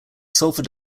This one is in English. sulfur